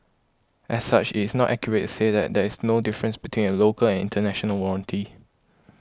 as such it is not accurate to say that there is no difference between a local and international warranty